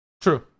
True